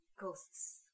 ghosts